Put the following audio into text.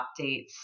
updates